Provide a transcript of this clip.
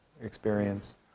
experience